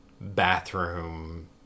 bathroom